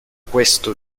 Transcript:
questo